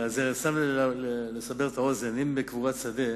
סתם כדי לסבר את האוזן, אם בקבורת שדה